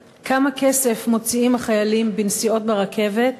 3. כמה כסף מוציאים החיילים על הנסיעות ברכבת?